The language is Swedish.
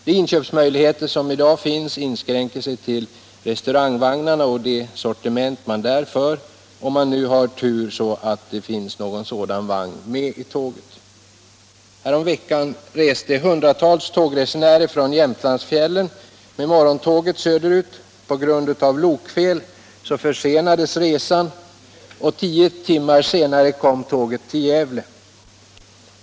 De inköpsmöjligheter som i dag finns inskränker sig till det sortiment som finns i restaurangvagnarna - om man nu har sådan tur att det finns en restaurangvagn med i tåget. Häromveckan reste hundratals tågresenärer från Jämtlandsfjällen med morgontåget söderut. På grund av lokfel försenades resan, och tio timmar senare kom tåget till Gävle.